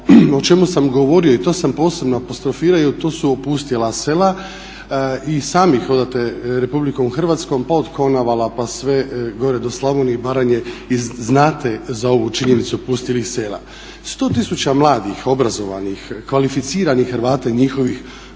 o čemu sam govorio i to sam posebno apostrofirao, jer to su opustjela sela. I sami hodate Republikom Hrvatskom, pa od Konavala, pa sve gore do Slavonije i Baranje i znate za ovu činjenicu opustjelih sela. 100 tisuća mladih, obrazovanih, kvalificiranih Hrvata i njihovih